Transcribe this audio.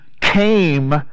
came